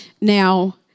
Now